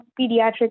pediatrics